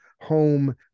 home